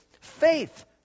faith